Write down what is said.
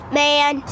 man